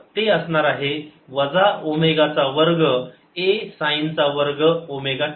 तर ते असणार आहे वजा ओमेगा चा वर्ग A साईन चा वर्ग ओमेगा t